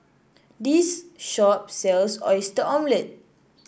this shop sells Oyster Omelette